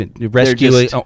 rescue